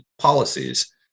policies